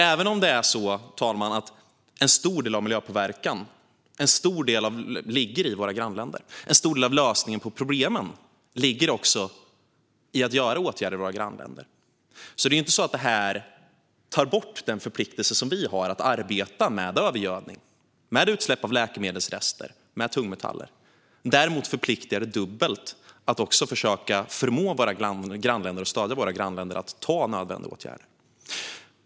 Även om en stor del av miljöpåverkan ligger i våra grannländer ligger också en stor del av lösningen på problemen i att vidta åtgärder i våra grannländer. Det är inte så att detta tar bort den förpliktelse som vi har att arbeta med övergödning, utsläpp av läkemedelsrester och tungmetaller, men däremot förpliktar det dubbelt att försöka förmå och stödja våra grannländer att vidta nödvändiga åtgärder.